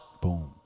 boom